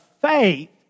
faith